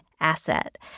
asset